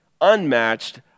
unmatched